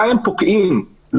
לא